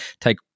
take